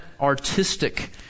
artistic